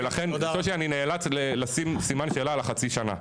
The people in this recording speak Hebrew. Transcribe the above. שושי אני נאלץ לשים סימן שאלה על החצי שנה.